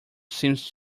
seems